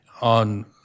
On